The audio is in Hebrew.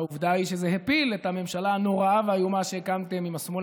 ועובדה היא שזה הפיל את הממשלה הנוראה והאיומה שהקמתם עם השמאל